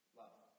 love